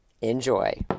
Enjoy